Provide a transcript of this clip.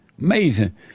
Amazing